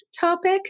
topic